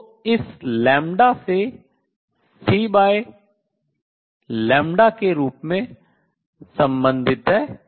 जो इस λ से c के रूप में संबंधित है